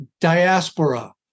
diaspora